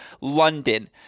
London